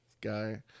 guy